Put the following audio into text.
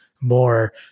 more